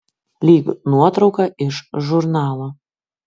lyg nuotrauka iš žurnalo